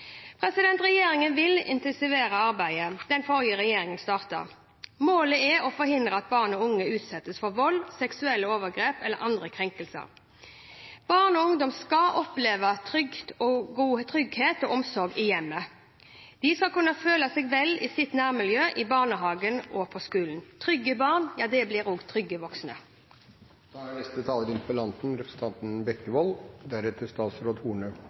Regjeringen vil intensivere arbeidet den forrige regjeringen startet. Målet er å forhindre at barn og unge utsettes for vold, seksuelle overgrep eller andre krenkelser. Barn og ungdom skal oppleve trygghet og omsorg i hjemmet. De skal kunne føle seg vel i sitt nærmiljø, i barnehagen og på skolen. Trygge barn blir også trygge voksne. Jeg vil takke statsråden for svar. Jeg synes det er